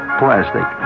plastic